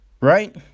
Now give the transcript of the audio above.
Right